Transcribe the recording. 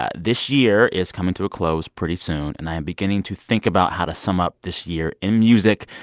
ah this year is coming to a close pretty soon, and i am beginning to think about how to sum up this year in music.